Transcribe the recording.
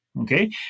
Okay